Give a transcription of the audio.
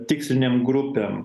tikslinėm grupėm